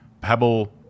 Pebble